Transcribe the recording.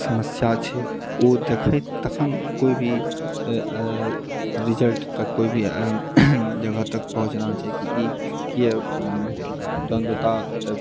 समस्या छै ओ देखैत तखैन कोइभी रिजल्ट तक कोइभी जगहतक पहुँचना चाही कि ई क्या भेले द्वन्द्वता तऽ